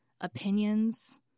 opinions